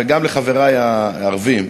וגם לחברי הערבים,